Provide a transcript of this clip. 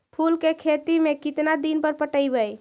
फूल के खेती में केतना दिन पर पटइबै?